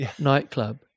nightclub